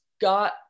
got